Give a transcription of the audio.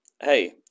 hey